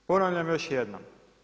Ponavljam još jednom.